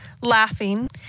laughing